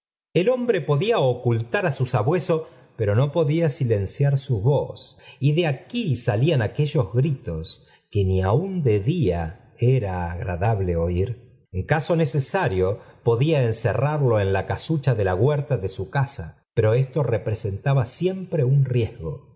el hombre podía ocultar á su sabueso pero no podía silenciar su voy y de aquí salían aquellos gritos que ni aun de día era agrn dable oir en caso necesario podía encerrarlo en la casucha de la huerta de su casa pero oslo re presentaba siempre un riesgo